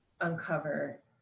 uncover